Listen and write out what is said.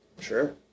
sure